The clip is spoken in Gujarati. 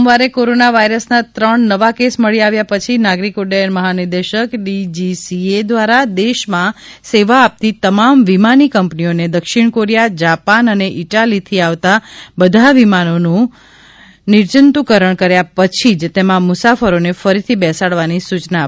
સોમવારે કોરોના વાયરસના ત્રણ નવા કેસ મળી આવ્યા પછી નાગરીક ઉડૃથન મહાનિદેશક ડીજીસીએ ધ્વારા દેશમાં સેવા આપતી તમામ વિમાની કંપનીઓને દક્ષિણ કોરીયા જાપાન અને ઇટાલીથી આવતાં બધા વિમાનોનું નિર્જન્તુકરણ કર્યા પછી જ તેમાં મુસાફરોને ફરીથી બેસાડવાની સુચના આપવામાં આવી છે